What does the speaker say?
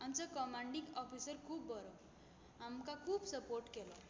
आमचो commanding officer खूब बरो आमकां खूब सपोट केलो